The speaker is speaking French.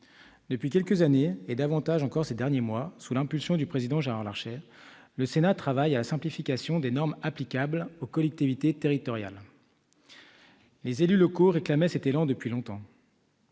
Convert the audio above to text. Depuis quelques années, et davantage encore ces derniers mois, sous l'impulsion du président Gérard Larcher, le Sénat travaille à la simplification des normes applicables aux collectivités territoriales. Les élus locaux réclamaient cet élan depuis longtemps